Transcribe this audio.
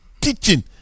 teaching